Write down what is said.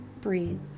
breathe